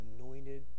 anointed